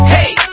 Hey